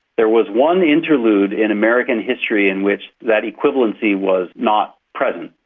there was one interlude in american history in which that equivalency was not present,